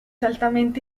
altamente